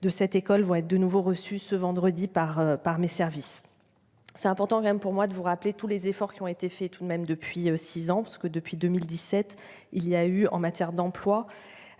de cette école vont être de nouveau reçu ce vendredi par par mes services. C'est important quand même pour moi de vous rappeler tous les efforts qui ont été fait tout de même depuis 6 ans parce que depuis 2017 il y a eu en matière d'emploi.